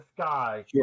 sky